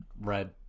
Red